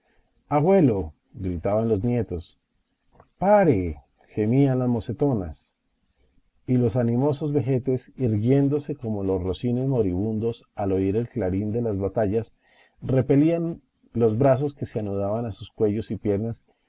agüelo gritaban los nietos pare gemían las mocetonas y los animosos vejetes irguiéndose como los rocines moribundos al oír el clarín de las batallas repelían los brazos que se anudaban a sus cuellos y piernas